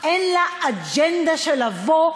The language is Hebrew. אין לה אג'נדה של לבוא,